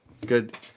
good